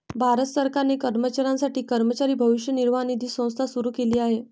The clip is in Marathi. भारत सरकारने कर्मचाऱ्यांसाठी कर्मचारी भविष्य निर्वाह निधी संस्था सुरू केली आहे